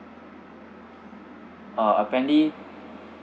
uh apparently